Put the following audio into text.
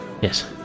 yes